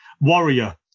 Warrior